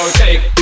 take